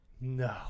No